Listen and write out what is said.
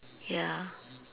ya